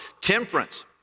temperance